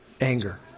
anger